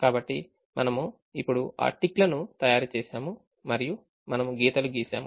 కాబట్టి మనము ఇప్పుడు ఆ టిక్ లను తయారు చేసాము మరియు మనము గీతలు గీసాము